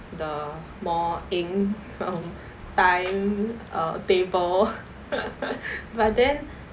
the more eng um time uh table but then